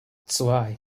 zwei